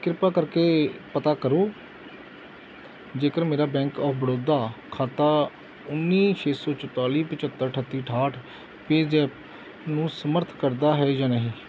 ਕਿਰਪਾ ਕਰਕੇ ਪਤਾ ਕਰੋ ਜੇਕਰ ਮੇਰਾ ਬੈਂਕ ਆਫ ਬੜੌਦਾ ਖਾਤਾ ਉੱਨੀ ਛੇ ਸੌ ਚੁਤਾਲੀ ਪਚੱਤਰ ਅਠੱਤੀ ਅਠਾਹਠ ਪੈਜ਼ੈਪ ਨੂੰ ਸਮਰੱਥ ਕਰਦਾ ਹੈ ਜਾਂ ਨਹੀਂ